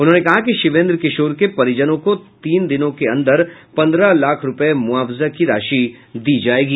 उन्होंने कहा कि शिवेन्द्र किशोर के परिजनों को तीन दिनों के अन्दर पन्द्रह लाख रूपये मुआवजा राशि दी जायेगी